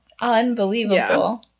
Unbelievable